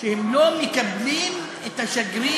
כשהם לא מקבלים את השגריר,